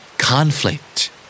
Conflict